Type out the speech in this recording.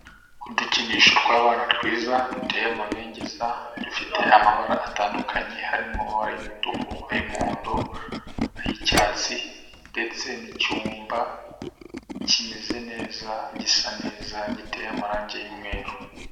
Udukinisho tw'abana twiza duteye amabengeza, dufite amabara atandukanye harimo amabara y'umutuku, ay'umuhondo, ay'icyatsi ndetse n'icyumba kimeze neza, gisa neza, giteye amarangi y'umweru.